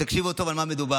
תקשיבו טוב על מה מדובר.